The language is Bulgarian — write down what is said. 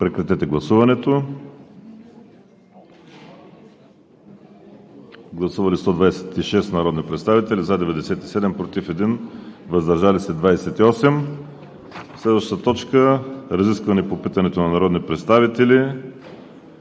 октомври 2020 г. Гласували 126 народни представители: за 97, против 1, въздържали се 28. Следващата точка е: Разисквания по питането на народни представители